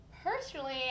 Personally